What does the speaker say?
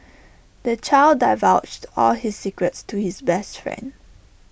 the child divulged all his secrets to his best friend